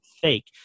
fake